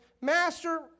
Master